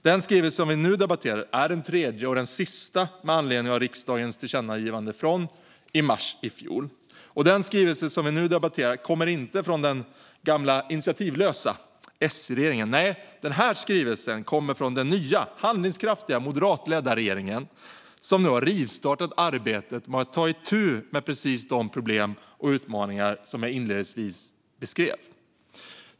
Den skrivelse vi nu debatterar är den tredje och sista med anledning av riksdagens tillkännagivande från mars i fjol. Och den kommer inte från den gamla initiativlösa S-regeringen - nej, den här skrivelsen kommer från den nya, handlingskraftiga, moderatledda regeringen, som nu har rivstartat arbetet med att ta itu med precis de problem och utmaningar jag inledningsvis beskrev.